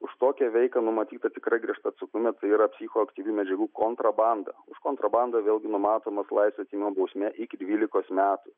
už tokią veiką numatyta tikrai griežta atsakomybė tai yra psichoaktyviųjų medžiagų kontrabanda už kontrabandą vėlgi numatoma laisvės atėmimo bausmė iki dvylikos metų